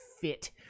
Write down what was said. fit